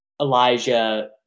Elijah